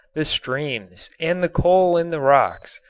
the streams and the coal in the rocks.